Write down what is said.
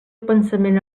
pensament